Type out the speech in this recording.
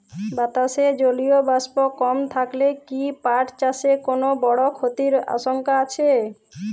বাতাসে জলীয় বাষ্প কম থাকলে কি পাট চাষে কোনো বড় ক্ষতির আশঙ্কা আছে?